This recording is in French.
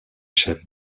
chef